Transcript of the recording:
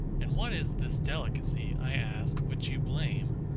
and what is this delicacy, i ask, which you blame?